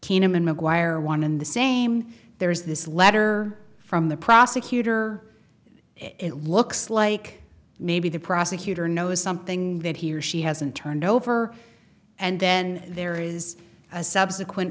ina maguire one and the same there is this letter from the prosecutor it looks like maybe the prosecutor knows something that he or she hasn't turned over and then there is a subsequent